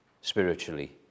spiritually